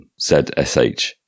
ZSH